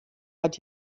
hat